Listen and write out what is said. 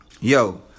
Yo